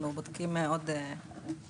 אנחנו בודקים עוד --- הרשות,